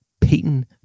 peyton